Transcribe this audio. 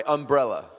umbrella